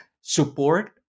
support